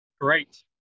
Great